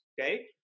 okay